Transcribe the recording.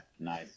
Nice